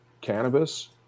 cannabis